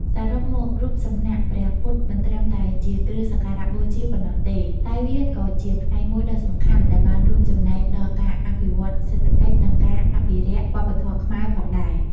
សរុបមក រូបសំណាកព្រះពុទ្ធមិនត្រឹមតែជាគ្រឿងសក្ការៈបូជាប៉ុណ្ណោះទេ តែវាក៏ជាផ្នែកមួយដ៏សំខាន់ដែលបានរួមចំណែកដល់ការអភិវឌ្ឍសេដ្ឋកិច្ច និងការអភិរក្សវប្បធម៌ខ្មែរផងដែរ។